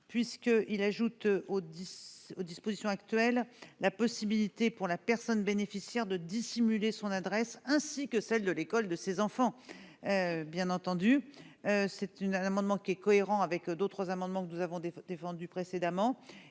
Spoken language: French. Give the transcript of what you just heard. puisqu'il vise à ajouter aux dispositions actuelles la possibilité pour la personne bénéficiaire de dissimuler son adresse, ainsi que celle de l'école de ses enfants. Bien entendu, il est cohérent avec d'autres amendements que nous avons défendus précédemment.